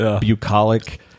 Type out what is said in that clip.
bucolic